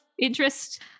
interest